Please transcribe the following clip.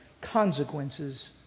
consequences